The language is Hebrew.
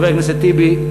חבר הכנסת טיבי,